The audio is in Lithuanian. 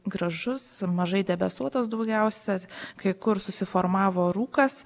gražus mažai debesuotas daugiausia kai kur susiformavo rūkas